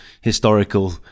historical